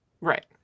Right